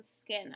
skin